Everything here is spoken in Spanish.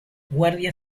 guardia